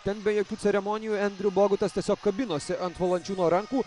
ten be jokių ceremonijų endriu bogutas tiesiog kabinosi ant valančiūno rankų